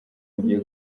ugiye